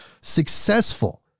successful